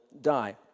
die